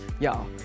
Y'all